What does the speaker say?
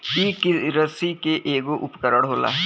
इ किरसी के ऐगो उपकरण होला